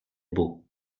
beau